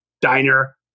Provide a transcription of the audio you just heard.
diner